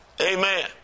Amen